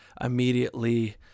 immediately